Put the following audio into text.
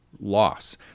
loss